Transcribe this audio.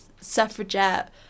suffragette